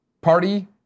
Party